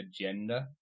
agenda